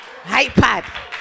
iPad